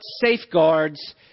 safeguards